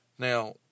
Now